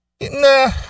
Nah